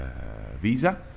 visa